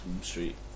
Street